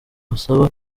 basaba